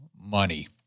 money